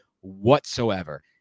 whatsoever